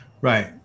Right